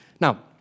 Now